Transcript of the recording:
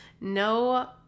no